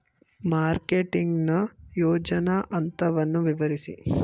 Marketing ನ ಯೋಜನಾ ಹಂತವನ್ನು ವಿವರಿಸಿ?